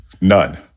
None